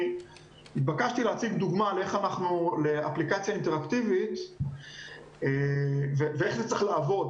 התבקשתי להציג דוגמה לאפליקציה אינטראקטיבית ואיך זה צריך לעבוד.